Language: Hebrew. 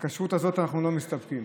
בכשרות הזאת אנחנו לא מסתפקים.